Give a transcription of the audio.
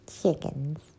Chickens